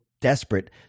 desperate